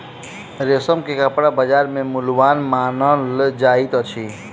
रेशम के कपड़ा बजार में मूल्यवान मानल जाइत अछि